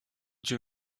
dieu